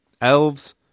Elves